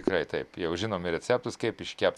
tikrai taip jau žinom ir receptus kaip iškept